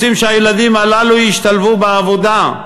רוצים שהילדים הללו ישתלבו בעבודה.